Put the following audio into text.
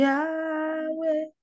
Yahweh